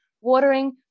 watering